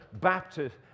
baptist